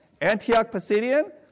Antioch-Pisidian